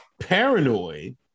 paranoid